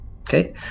Okay